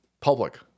public